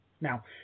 Now